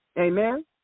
Amen